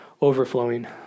overflowing